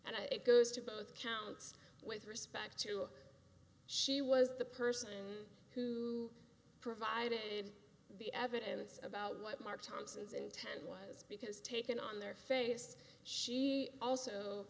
and it goes to both counts with respect to she was the person who provided the evidence about what mark thompson's intent was because taken on their face she also